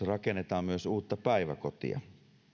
rakennetaan myös uutta päiväkotia